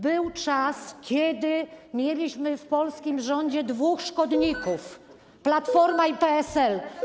Był czas, kiedy mieliśmy w polskim rządzie dwóch szkodników, Platformę i PSL.